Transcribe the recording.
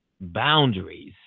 boundaries